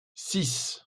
six